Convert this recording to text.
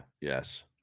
yes